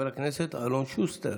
סגן השר אלון שוסטר,